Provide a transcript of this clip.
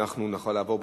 נוכל לעבור,